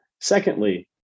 Secondly